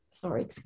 sorry